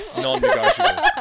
Non-negotiable